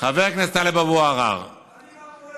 כל האחריות מוטלת על משרד החינוך.